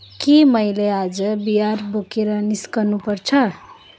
के मैले आज बिआर बोकेर निस्किनुपर्छ